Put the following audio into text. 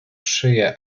szyję